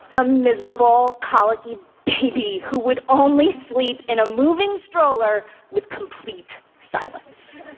a miserable, colicky baby who would only sleep in a moving stroller with complete silence.